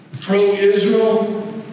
pro-Israel